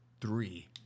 three